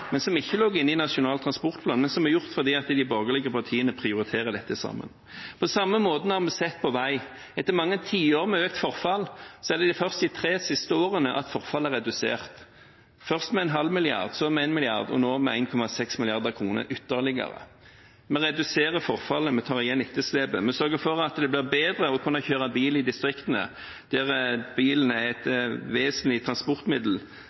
men som er gjort fordi de borgerlige partiene prioriterer dette sammen. Det samme har vi sett på vei. Etter mange tiår med økt forfall er det først de tre siste årene at forfallet er redusert – først med 0,5 mrd., så med 1 mrd. og nå med ytterligere 1,6 mrd. kr. Vi reduserer forfallet, vi tar igjen etterslepet, vi sørger for at det blir bedre å kunne kjøre bil i distriktene, der bilen er et vesentlig transportmiddel,